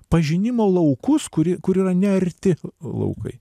pažinimo laukus kuri kur yra nearti laukai